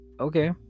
okay